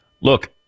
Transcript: look